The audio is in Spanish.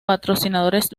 patrocinadores